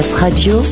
Radio